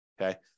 okay